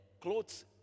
clothes